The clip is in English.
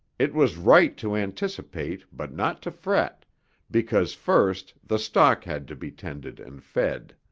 it was right to anticipate but not to fret because first the stock had to be tended and fed.